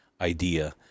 idea